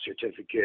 certificate